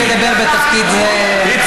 אני נמנעת מלדבר בתפקיד סגנית היושב-ראש.